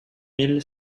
mille